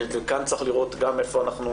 וכאן צריך לראות איפה אנחנו